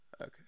okay